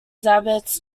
abbots